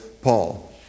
Paul